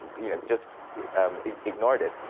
you know, just ignored it.